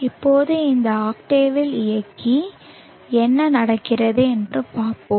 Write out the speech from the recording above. இப்போது இதை ஆக்டேவில் இயக்கி என்ன நடக்கிறது என்று பார்ப்போம்